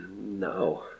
no